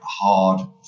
hard